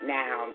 now